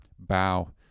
bow